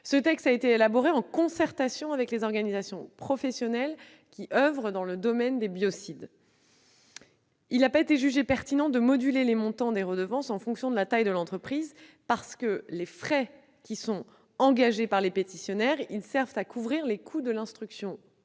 Ce texte a été élaboré en concertation avec les organisations professionnelles oeuvrant dans le domaine des produits biocides. Il n'a pas été jugé pertinent de moduler le montant de la redevance en fonction de la taille de l'entreprise, car les frais engagés par les pétitionnaires servent à couvrir les coûts de l'instruction